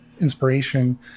inspiration